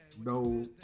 no